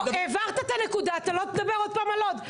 הבהרת את הנקודה, לא תדבר עוד פעם על לוד.